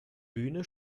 bühne